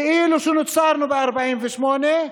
כאילו שנוצרנו ב-48'